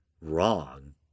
wrong